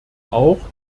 auch